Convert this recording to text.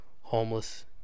homeless